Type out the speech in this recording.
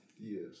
Yes